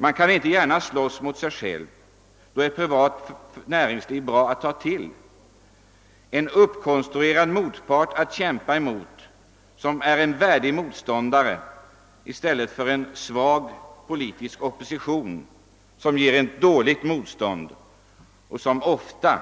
Man kan inte slåss mot sig själv, och då är ett privat näringsliv bra att ta till — en uppkonstruerad motpart som är en värdig motståndare i stället för en svag politisk opposition som gör dåligt motstånd och ofta